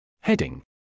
Heading